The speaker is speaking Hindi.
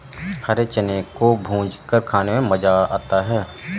हरे चने को भूंजकर खाने में मज़ा आता है